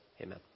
Amen